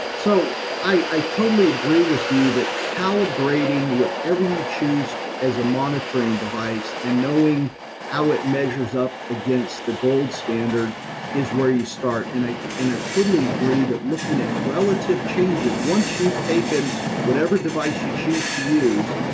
so i i totally agree with you that calibrating whatever you choose as a monitoring device and knowing how it measures up against the gold standard is where you start. and i totally agree that looking at relative changes, once you've taken whatever device you choose to use,